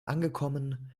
angekommen